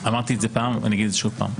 אמרתי את זה פעם, אני אגיד את זה שוב פעם.